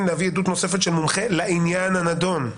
להביא עדות נוספת של מומחה לעניין הנדון.